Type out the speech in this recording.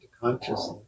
consciousness